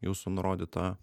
jūsų nurodytą